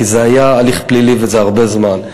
כי זה היה הליך פלילי, וזה הרבה זמן.